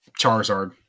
Charizard